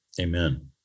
amen